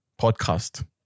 podcast